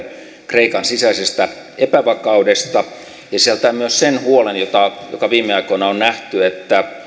kreikan sisäisestä epävakaudesta ja se sisältää myös sen huolen joka viime aikoina on nähty että